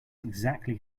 exactly